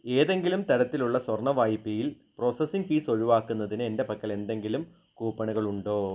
ഏതെങ്കിലും തരത്തിലുള്ള സ്വർണ്ണ വായ്പയിൽ പ്രോസസ്സിംഗ് ഫീസ് ഒഴിവാക്കുന്നതിന് എൻ്റെ പക്കൽ എന്തെങ്കിലും കൂപ്പണുകളുണ്ടോ